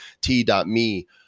t.me